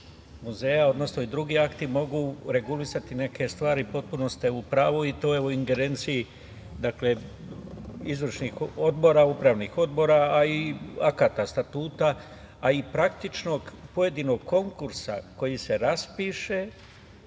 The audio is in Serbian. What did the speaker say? muzeja, odnosno i drugi akti mogu regulisati neke stvari. Potpuno ste u pravu i to je u ingerenciji izvršnih odbora, upravnih odbora, a i akata statuta, a i praktičnog pojedinog konkursa koji se raspiše